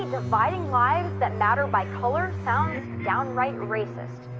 um ah dividing lives that matter by color sounds downright racist.